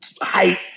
height